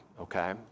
Okay